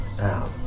out